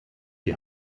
die